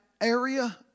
area